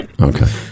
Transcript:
Okay